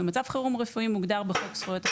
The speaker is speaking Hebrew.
במצב חירום רפואי מוגדר בחוק זכויות החולה.